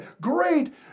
great